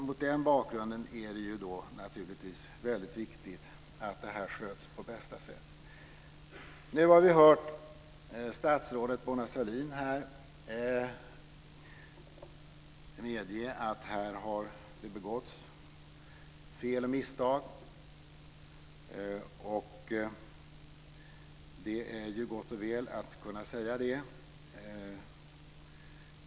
Mot den bakgrunden är det naturligtvis väldigt viktigt att det här sköts på bästa sätt. Nu har vi hört statsrådet Mona Sahlin medge att här har begåtts fel och misstag. Det är gott och väl att hon kan säga det.